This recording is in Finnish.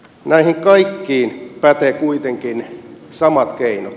näihin kaikkiin pätevät kuitenkin samat keinot